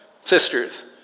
sisters